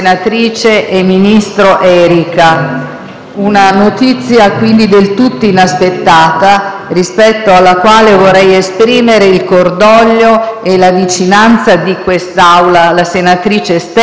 rispetto alla quale vorrei esprimere il cordoglio e la vicinanza di quest'Assemblea alla senatrice Stefani e a tutti i suoi familiari. Nella certezza che la senatrice saprà superare